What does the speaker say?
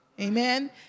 Amen